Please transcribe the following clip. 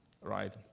Right